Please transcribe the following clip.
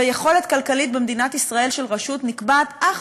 ויכולת כלכלית של רשות במדינת ישראל נקבעת אך